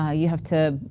ah you have to,